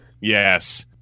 yes